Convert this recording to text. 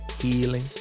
healing